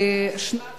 בשנת